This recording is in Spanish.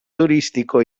turístico